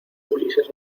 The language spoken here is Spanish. ulises